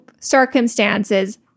circumstances